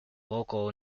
vocal